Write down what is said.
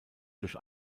durch